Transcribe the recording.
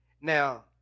Now